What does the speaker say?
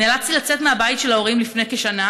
נאלצתי לצאת מהבית של ההורים לפני כשנה,